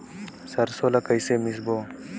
सरसो ला कइसे मिसबो?